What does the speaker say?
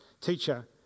Teacher